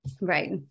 Right